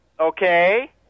Okay